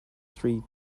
three